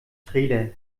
trailer